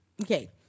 Okay